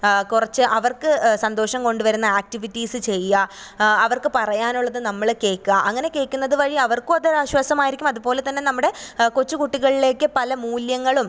കുറച്ച് അവര്ക്ക് സന്തോഷം കൊണ്ടു വരുന്ന ആക്റ്റിവിറ്റീസ് ചെയ്യുക അവര്ക്ക് പറയാനുള്ളത് നമ്മൾ കേൾക്കുക അങ്ങനെ കേൾക്കുന്നത് വഴി അവര്ക്കും അത് ഒരാശ്വാസമായിരിക്കും അതുപോലെ തന്നെ നമ്മുടെ കൊച്ചു കുട്ടികളിലേക്ക് പല മൂല്യങ്ങളും